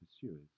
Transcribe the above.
pursuers